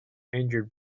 injured